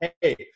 Hey